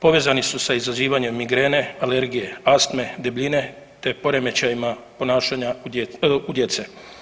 Povezani su sa izazivanjem migrene, alergije, astme, debljine te poremećajima ponašanja u djece.